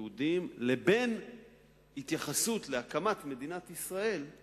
יהודים, או ההתייחסות להקמת מדינת ישראל היא